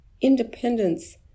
Independence